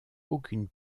aucune